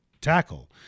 tackle